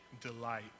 delight